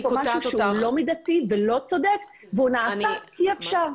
פה משהו שהוא לא מידתי ולא צודק והוא נעשה כי אפשר,